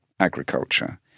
agriculture